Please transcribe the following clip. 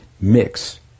mix